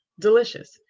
delicious